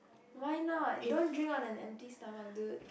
why not don't drink on an empty stomach dude